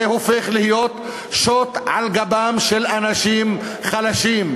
זה הופך להיות שוט על גבם של אנשים חלשים,